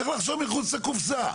צריך לחשוב מחוץ לקופסא.